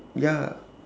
ya